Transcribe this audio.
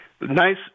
nice